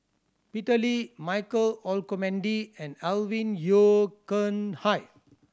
Peter Lee Michael Olcomendy and Alvin Yeo Khirn Hai